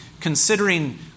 considering